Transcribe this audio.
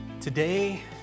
Today